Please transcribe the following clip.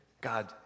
God